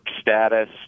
status